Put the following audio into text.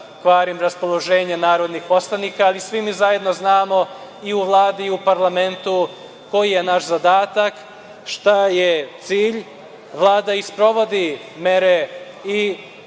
kvarim raspoloženje narodnih poslanika, ali svi mi zajedno znamo i u Vladi i u parlamentu koji je naš zadatak, šta je cilj. Vlada i sprovodi mere i